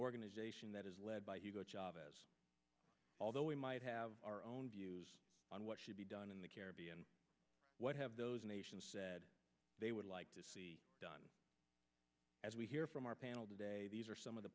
organization that is led by hugo chavez although we might have our own views on what should be done in the caribbean what have those nations said they would like to see done as we hear from our panel today these are some of the